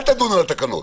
אל תדונו בתקנות.